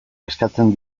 eskatzen